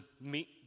meet